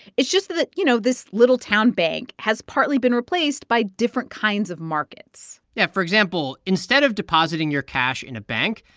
it's just that, you know, this little town bank has partly been replaced by different kinds of markets yeah. for example, instead of depositing your cash in a bank,